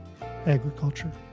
agriculture